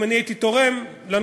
אם אני הייתי תורם לנושא,